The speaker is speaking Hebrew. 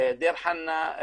דיר חנא,